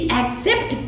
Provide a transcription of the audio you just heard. accept